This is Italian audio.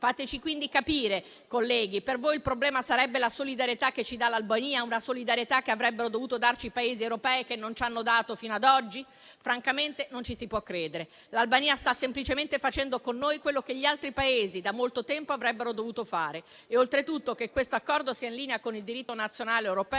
Fateci quindi capire, colleghi: per voi il problema sarebbe la solidarietà che ci dà l'Albania? Una solidarietà che avrebbero dovuto darci i Paesi europei che non ci hanno dato fino ad oggi? Francamente non ci si può credere. L'Albania sta semplicemente facendo con noi quello che gli altri Paesi da molto tempo avrebbero dovuto fare. Oltretutto, che questo accordo sia in linea con il diritto nazionale europeo,